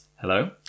Hello